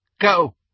Go